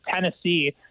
Tennessee